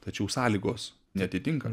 tačiau sąlygos neatitinka